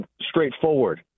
Straightforward